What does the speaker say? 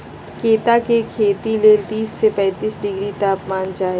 कैता के खेती लेल तीस से पैतिस डिग्री तापमान चाहि